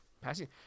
passing